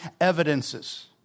evidences